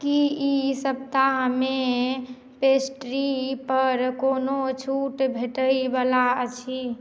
की ई सप्ताहमे पेस्ट्री पर कोनो छूट भेटै बला अछि